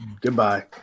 goodbye